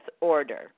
order